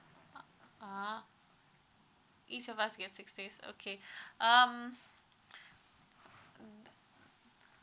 ah each of us get six days okay um mm